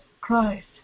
Christ